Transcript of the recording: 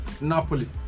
Napoli